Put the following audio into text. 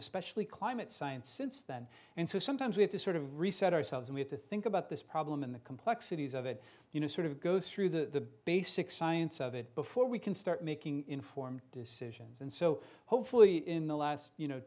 especially climate science since then and so sometimes we have to sort of reset ourselves we have to think about this problem in the complexities of it you know sort of go through the basic science of it before we can start making informed decisions and so hopefully in the last you know